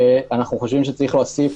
אנחנו חושבים שצריך להוסיף